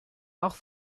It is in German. auch